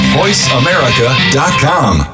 voiceamerica.com